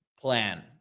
plan